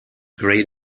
grayed